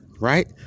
Right